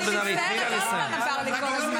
לא, אני מצטערת, עוד פעם עבר לי כל הזמן.